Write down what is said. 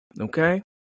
okay